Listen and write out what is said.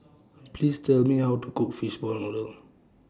Please Tell Me How to Cook Fishball Noodle